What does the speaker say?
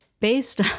based